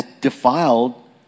defiled